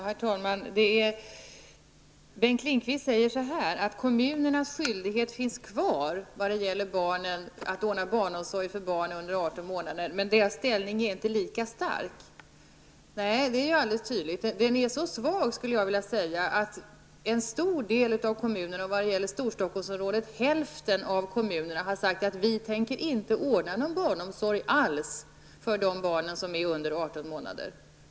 Herr talman! Bengt Lindqvist säger att kommunernas skyldighet finns kvar vad gäller att ordna barnomsorg för barn under 18 månader. Men deras ställning är inte lika stark. Nej, det är alldeles tydligt. Dessa barns ställning är så svag, skulle jag vilja säga, att en stor del av kommunerna -- i Storstockholmsområdet gäller det hälften av kommunerna -- har sagt att man inte tänker ordna någon barnomsorg alls för barn under 18 månader.